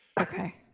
Okay